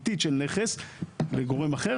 אנחנו נכנסים לדיון העקרוני שהממשלה